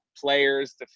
players